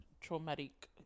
traumatic